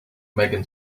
megan